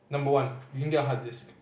number one you can get a hard disk